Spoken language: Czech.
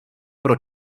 pro